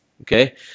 Okay